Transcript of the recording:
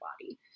body